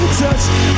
touch